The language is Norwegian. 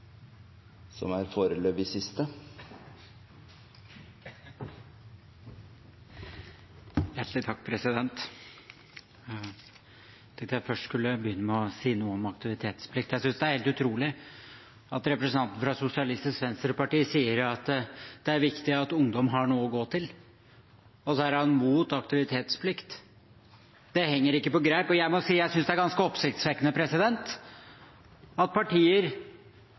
helt utrolig at representanten fra Sosialistisk Venstreparti sier det er viktig at ungdom har noe å gå til, og så er man imot aktivitetsplikt. Det henger ikke på greip, og jeg synes det er ganske oppsiktsvekkende at partier